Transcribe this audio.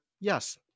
yes